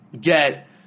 get